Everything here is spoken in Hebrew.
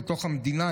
לתוך המדינה,